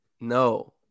No